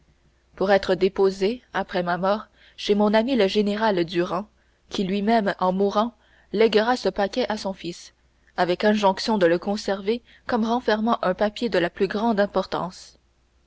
pour être déposé après ma mort chez mon ami le général durand qui lui-même en mourant léguera ce paquet à son fils avec injonction de le conserver comme renfermant un papier de la plus grande importance